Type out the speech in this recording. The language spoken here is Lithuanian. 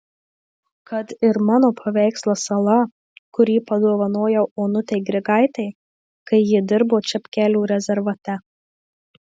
kad ir mano paveikslas sala kurį padovanojau onutei grigaitei kai ji dirbo čepkelių rezervate